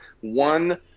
one